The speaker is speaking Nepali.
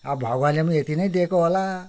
अब भगवान्ले पनि यति ने दिएको होला